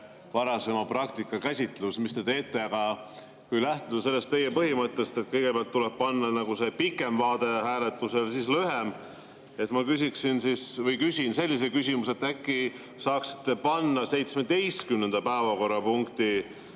varasema praktika käsitlus, mis te teete. Kui lähtuda teie põhimõttest, et kõigepealt tuleb panna pikem vaade hääletusele ja siis lühem, siis ma küsiksin või küsin sellise küsimuse, et äkki saaksite panna 17. päevakorrapunkti